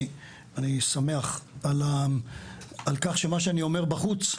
אני שמח על כך שמה שאני אומר בחוץ,